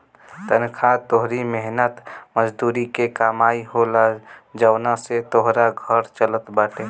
तनखा तोहरी मेहनत मजूरी के कमाई होला जवना से तोहार घर चलत बाटे